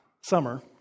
summer